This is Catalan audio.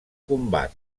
combat